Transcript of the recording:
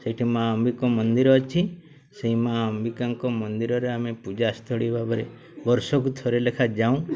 ସେଇଠି ମାଆ ଅମ୍ବିକ ମନ୍ଦିର ଅଛି ସେଇ ମାଆ ଅମ୍ବିକାଙ୍କ ମନ୍ଦିରରେ ଆମେ ପୂଜାସ୍ଥଳୀ ଭାବରେ ବର୍ଷକୁ ଥରେ ଲେଖା ଯାଉଁ